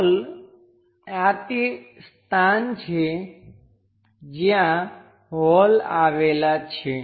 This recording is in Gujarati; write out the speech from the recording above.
હોલ આ તે સ્થાન છે જ્યાં હોલ આવેલા છે